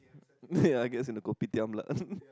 ya I guess in the kopitiam lah